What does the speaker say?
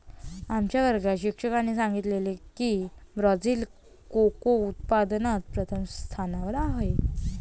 आमच्या वर्गात शिक्षकाने सांगितले की ब्राझील कोको उत्पादनात प्रथम स्थानावर आहे